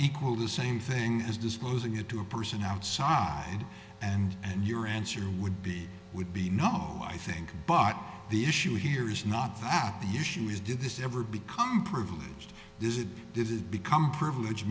equal the same thing as disclosing it to a person outside and and your answer would be would be no i think but the issue here is not the issue is did this ever become privileged is it does it become privilege